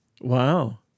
Wow